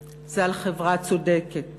זה על חברה צודקת,